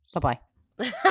bye-bye